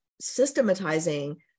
systematizing